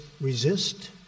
resist